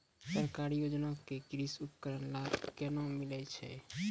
सरकारी योजना के कृषि उपकरण लाभ केना मिलै छै?